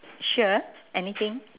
sure anything